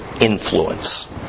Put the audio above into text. influence